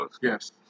Yes